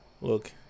Look